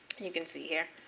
you can see here.